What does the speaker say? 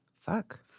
Fuck